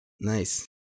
Nice